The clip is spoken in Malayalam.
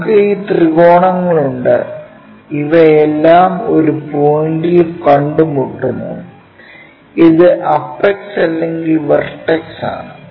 നമുക്ക് ഈ ത്രികോണങ്ങളുണ്ട് ഇവയെല്ലാം ഒരു പോയിന്റിൽ കണ്ടുമുട്ടുന്നു ഇത് അപ്പക്സ് അല്ലെങ്കിൽ വെർട്ടെക്സ് ആണ്